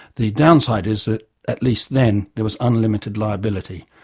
the downside is that at least then, it was unlimited liability.